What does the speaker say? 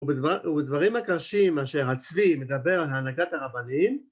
ובדברים הקשים אשר הצבי מדבר על ההנקת הרבנים